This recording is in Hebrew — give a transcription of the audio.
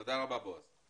תודה רבה בועז.